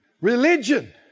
Religion